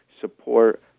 support